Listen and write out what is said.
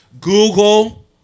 Google